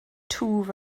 twf